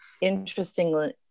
interestingly